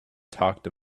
talked